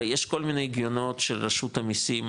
הרי יש כל מיני הגיונות של רשות המיסים,